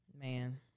Man